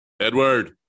Edward